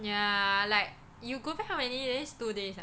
ya like you go back how many days two days ah